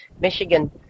Michigan